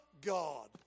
God